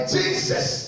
Jesus